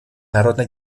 народно